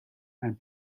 and